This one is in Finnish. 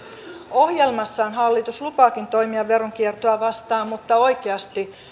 ohjelmassaan hallitus lupaakin toimia veronkiertoa vastaan mutta oikeasti